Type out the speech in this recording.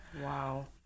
Wow